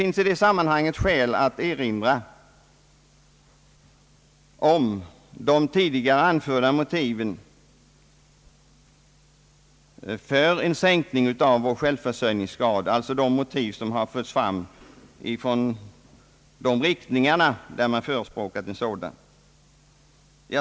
I det samman hanget finns det anledning erinra om de tidigare anförda motiven för en sänkning av vår självförsörjningsgrad, alltså de motiv som förts fram från förespråkarna för en sådan.